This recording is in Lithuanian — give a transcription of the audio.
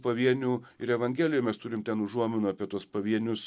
pavienių ir evangelijoj mes turim ten užuominų apie tuos pavienius